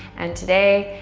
and today,